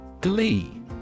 Glee